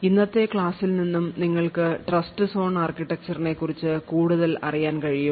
ഇന്നത്തെ ക്ലാസ്സിൽ നിന്നും നിങ്ങൾക്ക് ട്രസ്റ് സോൺ ആർക്കിടെക്ചർനെ കുറിച്ച് കൂടുതൽ അറിയാൻ കഴിയും